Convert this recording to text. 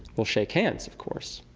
we'll shake hands, of course,